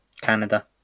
Canada